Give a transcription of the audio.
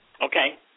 Okay